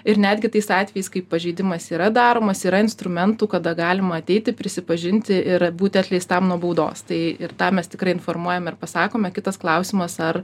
ir netgi tais atvejais kai pažeidimas yra daromas yra instrumentų kada galima ateiti prisipažinti ir būti atleistam nuo baudos tai ir tą mes tikrai informuojame ir pasakome kitas klausimas ar